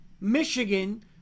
Michigan